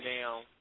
down